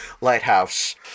lighthouse